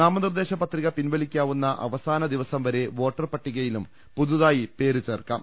നാമനിർദ്ദേശ പത്രിക പിൻവലിക്കാവുന്ന അവ സാനദിവസംവരെ വോട്ടർപട്ടികയിലും പുതുതായി പേര് ചേർക്കാം